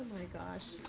gosh.